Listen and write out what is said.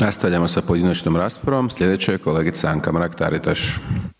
Nastavljamo sa pojedinačnom raspravom. Slijedeća je kolegica Anka Mrak Taritaš. **Mrak-Taritaš, Anka (GLAS)**